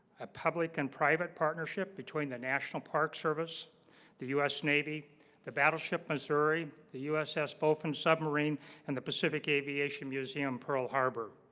a public and private partnership between the national park service the us navy the battleship missouri the uss bowfin submarine and the pacific aviation museum pearl harbor